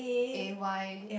A Y